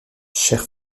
cher